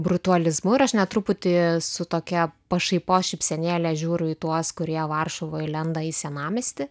brutalizmu ir aš net truputį su tokia pašaipos šypsenėle žiūriu į tuos kurie varšuvoj lenda į senamiestį